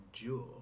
endure